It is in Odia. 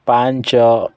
ପାଞ୍ଚ